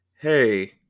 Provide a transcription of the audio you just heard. hey